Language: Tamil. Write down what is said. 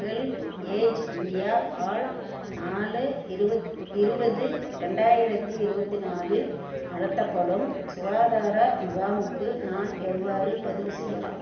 ஹெல்ப் ஏஜ் இண்டியா ஆல் நாலு இருபத் இருபது ரெண்டாயிரத்து இருபத்தி நாலில் நடத்தப்படும் சுகாதார முகாமுக்கு நான் எவ்வாறு பதிவு செய்யலாம்